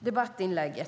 debattinlägg.